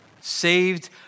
saved